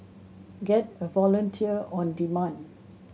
get a volunteer on demand